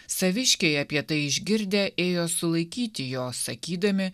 saviškiai apie tai išgirdę ėjo sulaikyti jo sakydami